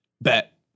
bet